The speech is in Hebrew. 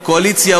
קואליציה,